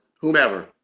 whomever